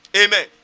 Amen